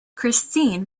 christine